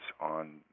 on